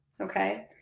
okay